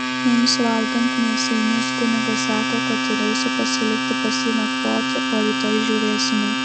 mums valgant mėsainius kunigas sako kad turėsiu pasilikti pas jį nakvoti o rytoj žiūrėsime